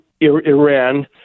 Iran